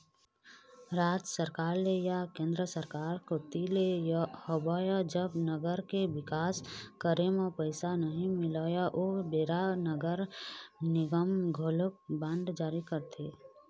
राज सरकार ले या केंद्र सरकार कोती ले होवय जब नगर के बिकास करे म पइसा नइ मिलय ओ बेरा नगर निगम घलोक बांड जारी करथे